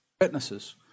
witnesses